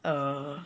err